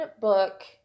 book